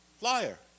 liar